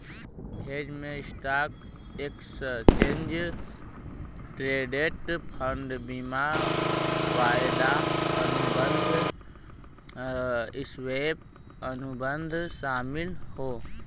hedge में stock, exchange traded fund, बीमा, वायदा अनुबंध, स्वैप, अनुबंध शामिल हौ